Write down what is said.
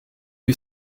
you